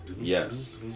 Yes